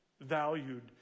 valued